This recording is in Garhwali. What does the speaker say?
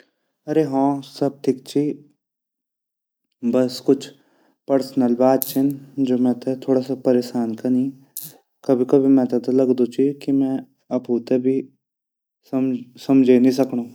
अरे हों सब ठिक ची बस कुछ पर्सनल बात ची जु मेते थोड़ा सा परेशान कनि अर कभी-कभी ता मेते लगदु ची कि मैं अफु ते भी समझे नि सकडू।